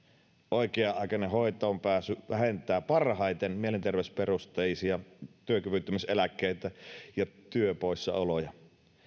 oikea aikainen hoitoonpääsy vähentää parhaiten mielenterveysperusteisia työkyvyttömyyseläkkeitä ja työpoissaoloja